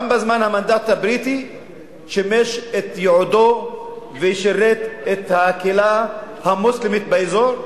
גם בזמן המנדט הבריטי הוא שימש לייעודו ושירת את הקהילה המוסלמית באזור.